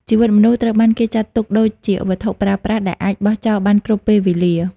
ជីវិតមនុស្សត្រូវបានគេចាត់ទុកដូចជាវត្ថុប្រើប្រាស់ ដែលអាចបោះចោលបានគ្រប់ពេលវេលា។